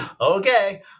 okay